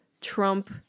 Trump